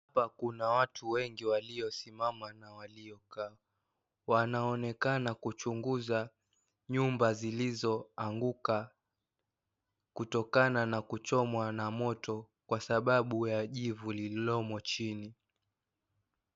Hapa kuna watu wengi waliosimama na waliokaa. Wanaonekana kuchunguza nyumba zilizoanguka kutokana na kuchomwa na moto kwa sababu ya jivu lililomo chini.